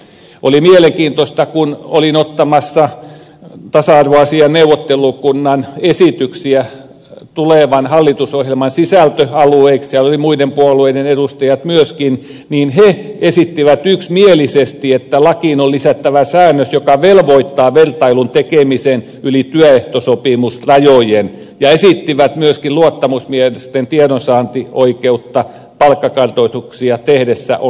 oli mielenkiintoista kun olin ottamassa tasa arvoasiain neuvottelukunnan esityksiä tulevan hallitusohjelman sisältöalueiksi siellä olivat muiden puolueiden edustajat myöskin ja he esittivät yksimielisesti että lakiin on lisättävä säännös joka velvoittaa vertailun tekemisen yli työehtosopimusrajojen ja esittivät myöskin että luottamusmiesten tiedonsaantioikeutta näiden tehdessä palkkakartoituksia on laajennettava